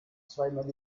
zweimal